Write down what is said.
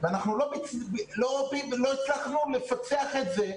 ואנחנו לא הצלחנו לפצח את זה.